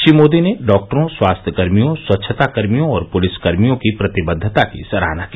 श्री मोदी ने डॉक्टरों स्वास्थ्यकर्मियों स्वच्छताकर्मियों और पुलिसकर्मियों की प्रतिबद्वता की सराहना की